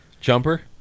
Jumper